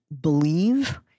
believe